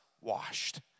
washed